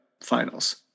finals